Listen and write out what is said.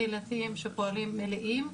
הקהילתיים שפועלים מלאים.